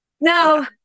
No